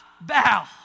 bow